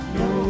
no